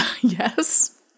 Yes